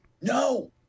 No